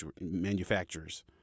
manufacturers